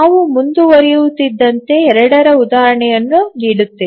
ನಾವು ಮುಂದುವರಿಯುತ್ತಿದ್ದಂತೆ ಎರಡರ ಉದಾಹರಣೆಗಳನ್ನು ನೋಡುತ್ತೇವೆ